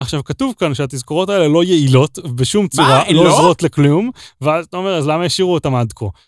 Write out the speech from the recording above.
עכשיו כתוב כאן שהתזכורות האלה לא יעילות בשום צורה לא עוזרות לכלום ואז אתה אומר אז למה השאירו אותם עד כה.